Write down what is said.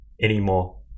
anymore